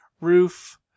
roof